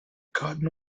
cotton